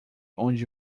onde